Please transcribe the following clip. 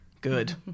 Good